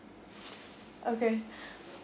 okay